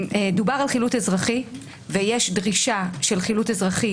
דובר על חילוט אזרחי ויש דרישה של חילוט אזרחי,